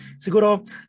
Siguro